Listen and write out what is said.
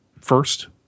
first